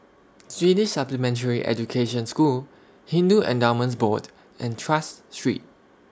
Swedish Supplementary Education School Hindu Endowments Board and Tras Street